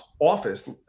office